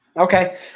Okay